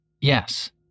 yes